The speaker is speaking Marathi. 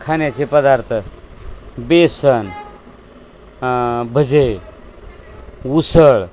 खााण्याचे पदार्थ बेसन भजे उसळ